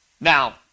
Now